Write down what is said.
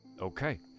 Okay